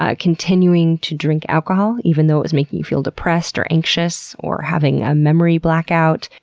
ah continuing to drink alcohol even though it was making you feel depressed or anxious, or having a memory blackout.